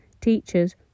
teachers